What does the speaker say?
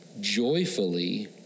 joyfully